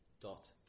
dot